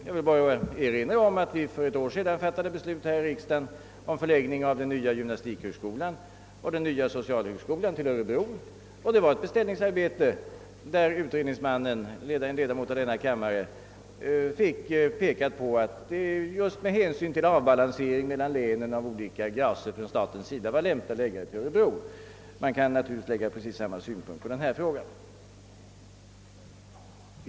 Jag erinrar endast om att riksdagen för ett år sedan fattade beslut om förläggning av den nya gymnastikhögskolan och den nya socialhögskolan till Örebro. Det var resultatet av ett beställningsarbete, varvid det för utredningsmannen, en ledamot av denna kammare, påpekats att det just med hänsyn till avbalansering en mellan länen — staten ville så att säga fördela gracerna — var lämpligt med en förläggning till Örebro. Man kan naturligtvis anlägga precis samma synpunkter på den fråga det här gäller.